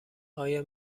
آیا